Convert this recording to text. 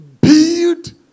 build